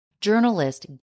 journalist